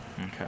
Okay